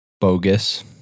bogus